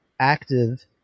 active